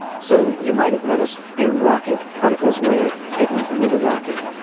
so, you might have noticed a rocket particles layer hidden under the rocket.